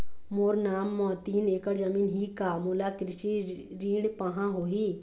मोर नाम म तीन एकड़ जमीन ही का मोला कृषि ऋण पाहां होही?